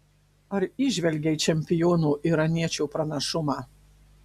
ar įžvelgei čempiono iraniečio pranašumą